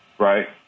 right